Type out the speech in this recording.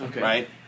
right